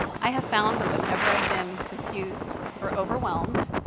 i have found that whenever i've been confused or overwhelmed,